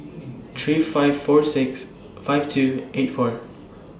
three five four six five two eight four